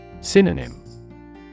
Synonym